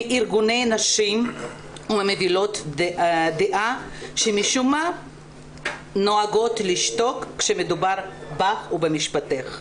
מארגוני נשים ומובילות דעה שמשום מה נוהגות לשתוק כשמדובר בך ובמשפחתך.